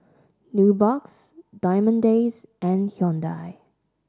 Nubox Diamond Days and Hyundai